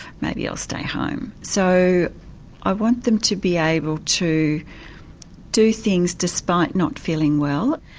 maybe i'll stay home. so i want them to be able to do things despite not feeling well.